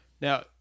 now